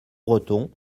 breton